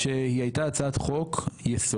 שהיא הייתה הצעת חוק-יסוד,